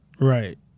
Right